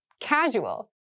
Casual